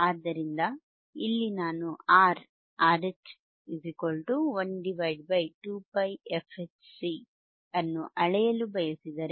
ಆದ್ದರಿಂದ ಇಲ್ಲಿ ನಾನು R RH 1 2πfHC ಅನ್ನು ಅಳೆಯಲು ಬಯಸಿದರೆ